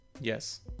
Yes